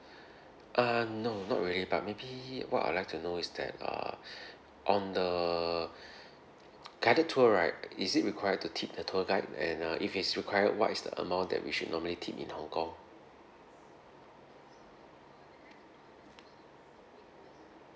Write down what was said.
uh no not really but maybe what I'd like to know is that uh on the guided tour right is it required to tip the tour guide and uh if it's required what is the amount that we should normally tip in hong-kong